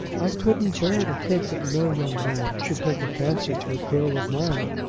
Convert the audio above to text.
i couldn't bear to think that no young man should take a fancy to a girl of mine.